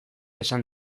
esan